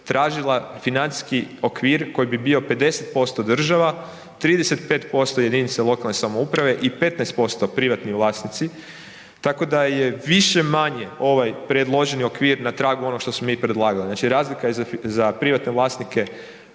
tražila financijski okvir koji bi bio 50% država, 35% jedinice lokalne samouprave i 15% privatni vlasnici, tako da je više-manje ovaj predloženi okvir na tragu onoga što smo mi predlagali. Znači razlika je za privatne vlasnike